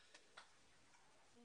זו טעות ענקית.